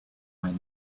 right